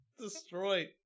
Destroyed